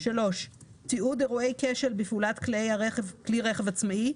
תיעוד אירועי כשל בפעולת כלי רכב עצמאי,